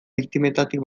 biktimetatik